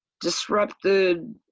disrupted